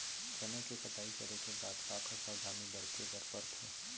चना के कटाई करे के बाद का का सावधानी बरते बर परथे?